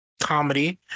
comedy